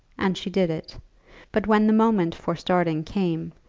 and she did it but when the moment for starting came,